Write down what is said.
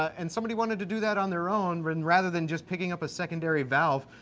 and somebody wanted to do that on their own, but and rather than just picking up a secondary valve,